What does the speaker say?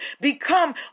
become